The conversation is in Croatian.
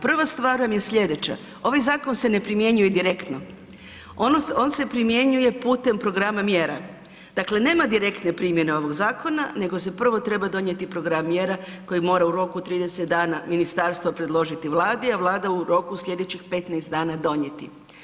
Prva stvar nam je slijedeća ovaj zakon se ne primjenjuje direktno, on se primjenjuje putem programa mjera, dakle nema direktne primjene ovog zakona nego se prvo treba donijeti program mjera koje mora u roku od 30 dana ministarstvo predložiti Vladi, a Vlada u roku slijedećih 15 dana donijeti.